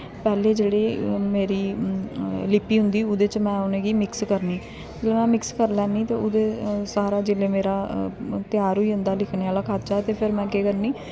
पैह्लें जेह्ड़ी मेरी लिपि होंदी ओह्दे च में उ'नें गी मिक्स करनी जेल्लै ओह् मिक्स करी लैनी ते ओह्दे सारा जेल्लै मेरा त्यार होई जंदा लिखने आह्ला खाता ते फिर में केह् करनी